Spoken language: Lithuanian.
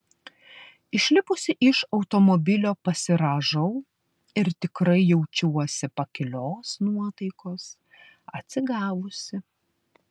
išlipusi iš automobilio pasirąžau ir tikrai jaučiuosi pakilios nuotaikos atsigavusi